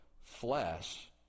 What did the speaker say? flesh